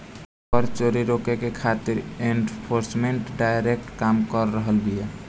कर चोरी के रोके खातिर एनफोर्समेंट डायरेक्टरेट काम कर रहल बिया